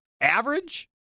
average